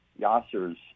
Yasser's